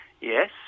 Yes